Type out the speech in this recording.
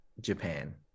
Japan